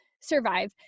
survive